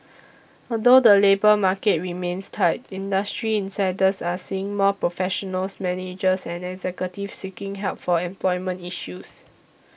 although the labour market remains tight industry insiders are seeing more professionals managers and executives seeking help for employment issues